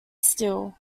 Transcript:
steel